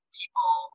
people